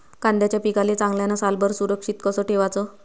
कांद्याच्या पिकाले चांगल्यानं सालभर सुरक्षित कस ठेवाचं?